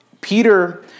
Peter